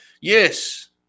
Yes